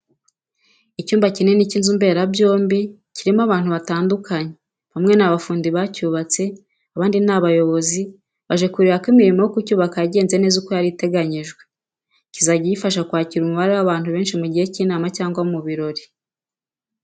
Icyumba kinini cy'inzu mberabyombi kirimo abantu batandukanye, bamwe ni abafundi bacyubatse, abandi ni abayobozi baje kureba ko imirimo yo kucyubaka yagenze neza uko yari iteganyijwe. Kizajya gifasha kwakira umubare w'abantu benshi mu gihe cy'inama cyangwa mu birori.